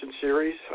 series